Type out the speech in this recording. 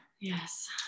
yes